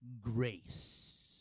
grace